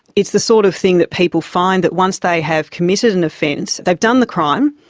it's the sort of thing that people find that once they have committed an offence, they've done the crime,